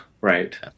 right